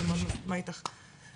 אני מאוד מסכימה איתך.